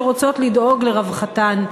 שרוצות לדאוג לרווחתן,